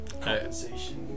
compensation